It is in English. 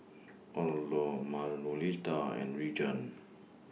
Orlo Manuelita and Reagan